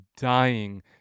dying